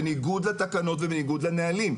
בניגוד לתקנות ובניגוד לנהלים,